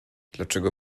dlaczegóż